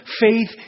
faith